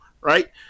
right